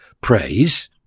praise